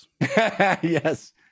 Yes